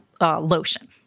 lotion